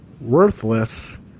worthless